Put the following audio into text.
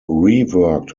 reworked